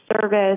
service